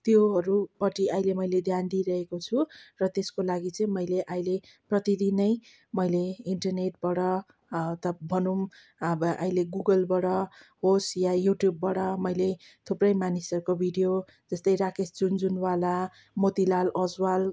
त्योहरूपट्टि अहिले मैले ध्यान दिइरहेको छु र त्यसको लागि चाहिँ मैले अहिले प्रतिदिनै मैले इन्टरनेटबाट भनौँ अहिले गुगलबाट होस् या युट्युबबाट मैले थुप्रै मानिसहरूको भिडियो जस्तै राकेस जुनजुनवाला मोतीलाल अजवालको वाँ